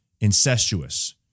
incestuous